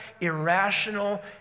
irrational